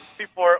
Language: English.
people